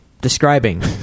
describing